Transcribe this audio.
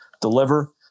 deliver